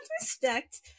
respect